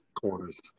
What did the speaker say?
corners